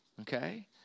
Okay